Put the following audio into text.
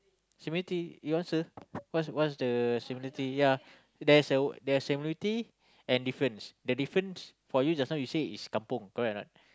similarity your answer what's what's the similarity yeah there's a there's a similarity and difference the difference for you just now you say is kampung correct or not